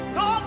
no